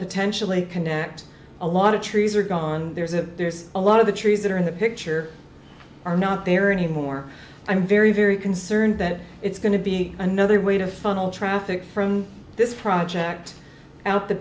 potentially connect a lot of trees are gone there's a there's a lot of the trees that are in the picture are not there anymore i'm very very concerned that it's going to be another way to funnel traffic from this project out the